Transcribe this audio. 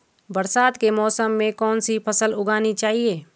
बरसात के मौसम में कौन सी फसल उगानी चाहिए?